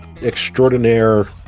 extraordinaire